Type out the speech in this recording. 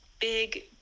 big